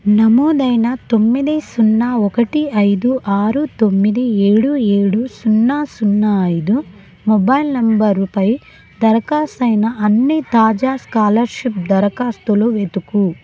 నమోదైన తొమ్మిది సున్న ఒకటి ఐదు ఆరు తొమ్మిది ఏడు ఏడు సున్న సున్న ఐదు మొబైల్ నంబరుపై దరఖాస్తయిన అన్ని తాజా స్కాలర్షిప్ దరఖాస్తులు వెతుకు